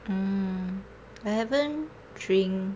mm I haven't drink